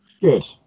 Good